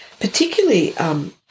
particularly –